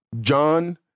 John